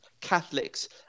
Catholics